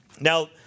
Now